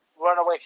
runaway